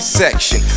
section